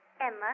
Emma